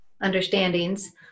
understandings